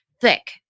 thick